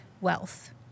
wealth